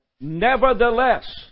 Nevertheless